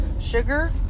sugar